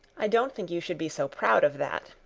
i don't think you should be so proud of that,